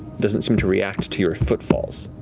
doesn't seem to react to your footfalls.